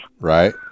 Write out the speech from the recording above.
Right